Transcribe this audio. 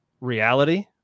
reality